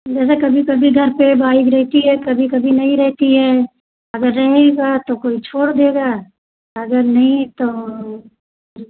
जैसे घर पर कभी कभी बाइक रहती है कभी कभी नहीं रहती है अगर रहेगा तो कोई छोड़ देगा अगर नहीं तो